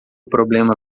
problema